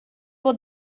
pour